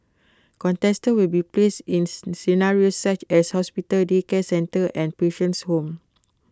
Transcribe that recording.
contestants will be placed ins scenarios such as hospital daycare centre and patient's home